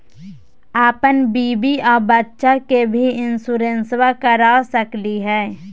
अपन बीबी आ बच्चा के भी इंसोरेंसबा करा सकली हय?